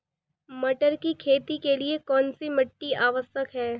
मटर की खेती के लिए कौन सी मिट्टी आवश्यक है?